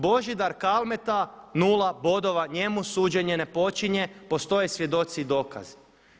Božidar Kalmeta 0 bodova, njemu suđenje ne počinje, postoje svjedoci i dokazi.